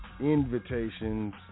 invitations